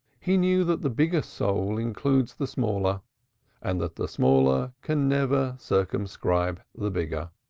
he knew that the bigger soul includes the smaller and that the smaller can never circumscribe the bigger.